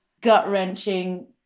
gut-wrenching